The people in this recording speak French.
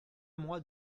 moi